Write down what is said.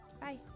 bye